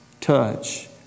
touch